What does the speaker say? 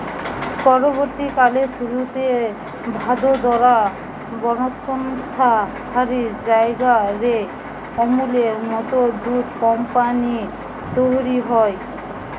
পরবর্তীকালে সুরতে, ভাদোদরা, বনস্কন্থা হারি জায়গা রে আমূলের মত দুধ কম্পানী তইরি হয়